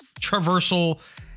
traversal